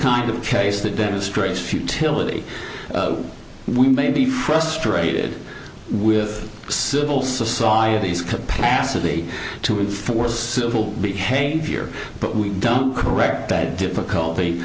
kind of case that demonstrates futility we may be frustrated with civil societies capacity to enforce civil behavior but we don't correct that difficulty